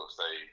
say